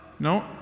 No